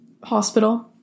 hospital